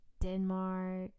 Denmark